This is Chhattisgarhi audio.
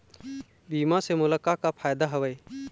बीमा से मोला का का फायदा हवए?